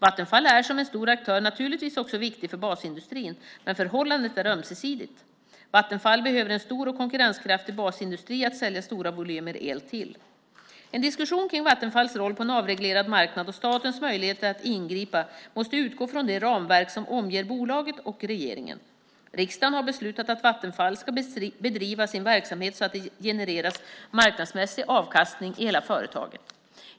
Vattenfall är som en stor aktör naturligtvis också viktig för basindustrin, men förhållandet är ömsesidigt. Vattenfall behöver en stor och konkurrenskraftig basindustri att sälja stora volymer el till. En diskussion kring Vattenfalls roll på en avreglerad marknad och statens möjligheter att ingripa måste utgå från det ramverk som omger bolaget och regeringen. Riksdagen har beslutat att Vattenfall ska bedriva sin verksamhet så att det genereras marknadsmässig avkastning i hela företaget.